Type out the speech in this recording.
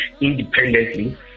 independently